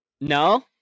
No